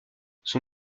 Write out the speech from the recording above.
son